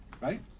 right